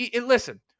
listen